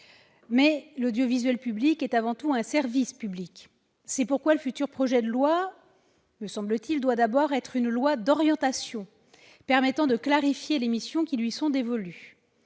l'audiovisuel public est avant tout un service public. C'est pourquoi le futur projet de loi doit d'abord être projet de loi d'orientation, permettant de clarifier les missions qui lui sont dévolues.